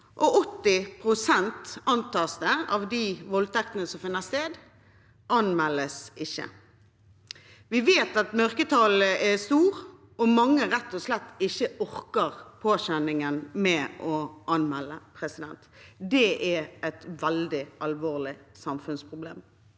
at 80 pst. av de voldtektene som finner sted, ikke anmeldes. Vi vet at mørketallene er store, og at mange rett og slett ikke orker påkjenningen med å anmelde. Det er et veldig alvorlig samfunnsproblem.